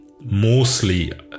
mostly